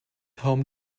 home